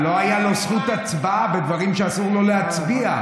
אבל לא הייתה לו זכות הצבעה בדברים שאסור לו להצביע.